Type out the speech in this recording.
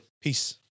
Peace